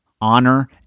honor